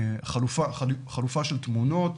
חלופה של תמונות,